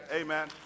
Amen